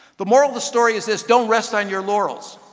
the moral of the story is this, don't rest on your laurels.